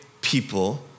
people